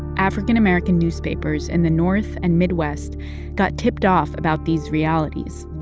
african american newspapers in the north and midwest got tipped off about these realities,